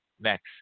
Next